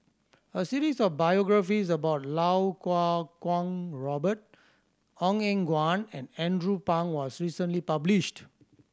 a series of biographies about Lau Kuo Kwong Robert Ong Eng Guan and Andrew Phang was recently published